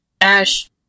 Ash